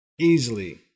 easily